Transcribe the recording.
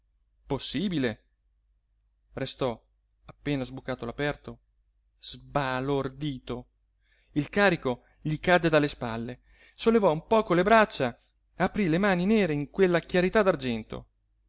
possibile restò appena sbucato all'aperto sbalordito il carico gli cadde dalle spalle sollevò un poco le braccia aprí le mani nere in quella chiarità